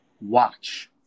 Watch